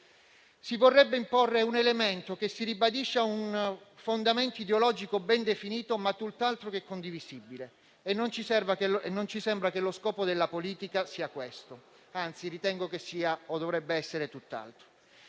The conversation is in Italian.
Si vorrebbe imporre un elemento che - si ribadisce - ha un fondamento ideologico ben definito, ma tutt'altro che condivisibile e non ci sembra che lo scopo della politica sia questo; anzi, ritengo che dovrebbe essere tutt'altro.